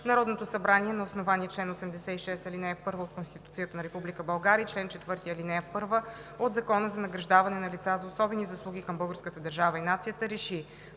Народното събрание на основание чл. 86, ал. 1 от Конституцията на Република България и чл. 4, ал. 1 от Закона за награждаване на лица за особени заслуги към българската държава и нацията